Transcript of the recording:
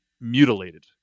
mutilated